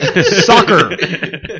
soccer